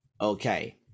Okay